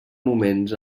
moments